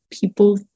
people